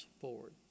forward